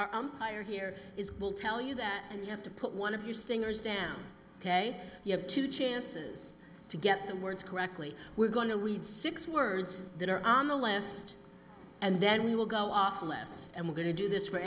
fire here is will tell you that and you have to put one of your stingers down today you have two chances to get the words correctly we're going to read six words that are on the list and then we will go off less and we're going to do this for